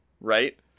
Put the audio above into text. right